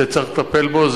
שצריך לטפל בו.